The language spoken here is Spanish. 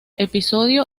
episodio